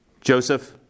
Joseph